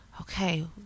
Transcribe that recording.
okay